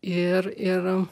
ir ir